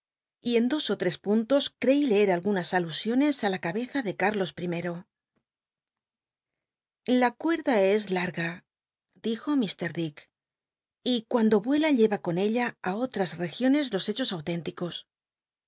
y en dos ó tres puntos creí leer algunas alusiones á la cabeza de cárlos pimero la cuerda es ll'ga dijo ilr dick y cuando yuela llc a con ella ü otras regiones los hechos auténticos